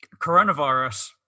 coronavirus